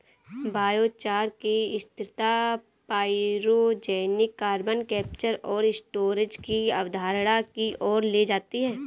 biochar की स्थिरता pyrogenic carbon capture और स्टोरेज की अवधारणा की ओर ले जाती है